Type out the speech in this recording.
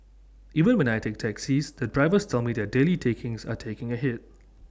even when I take taxis the drivers tell me their daily takings are taking A hit